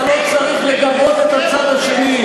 אתה לא צריך לגבות את הצד השני.